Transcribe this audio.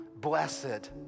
blessed